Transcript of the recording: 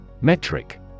Metric